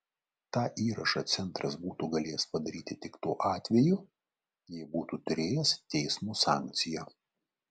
tą įrašą centras būtų galėjęs padaryti tik tuo atveju jei būtų turėjęs teismo sankciją